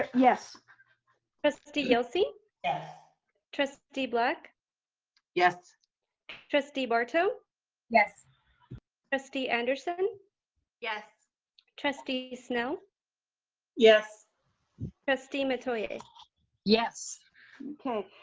yes trustee yelsey yes trustee black yes trustee barto yes trustee anderson yes trustee snell yes trustee metoyer yes okay,